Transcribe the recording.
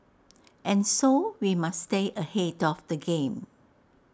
and so we must stay ahead of the game